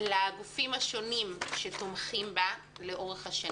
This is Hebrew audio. ולגופים השונים שתומכים בה לאורך השנים.